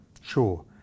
Sure